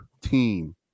team